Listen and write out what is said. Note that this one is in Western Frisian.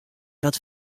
wat